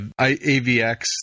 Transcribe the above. AVX